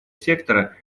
сектора